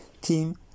team